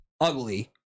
ugly